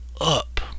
up